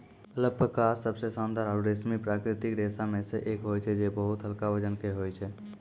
alpaca सबसें शानदार आरु रेशमी प्राकृतिक रेशा म सें एक होय छै जे बहुत हल्का वजन के होय छै